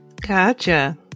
gotcha